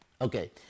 Okay